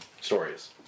stories